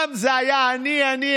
פעם זה היה אני, אני,